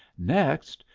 next,